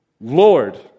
Lord